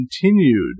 continued